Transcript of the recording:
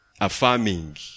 affirming